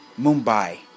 Mumbai